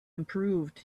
improved